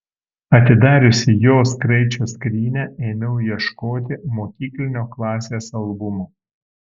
atidariusi jos kraičio skrynią ėmiau ieškoti mokyklinio klasės albumo